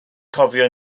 cofio